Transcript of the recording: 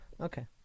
Okay